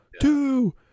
two